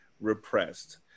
repressed